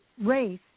race